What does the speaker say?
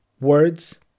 Words